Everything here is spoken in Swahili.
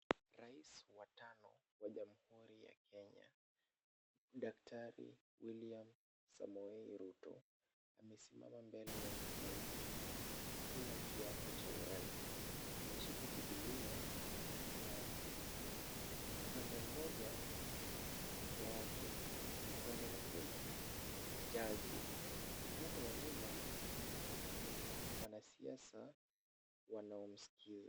Rais wa tano wa jamuhuri ya Kenya Daktari William Samoei Ruto, amesimama mbele ya halaiki kula kiapo cha urais. Upande mmoja mke wake, upande mwingine jaji na upande wa nyuma, wanasiasa wanaomsikiza.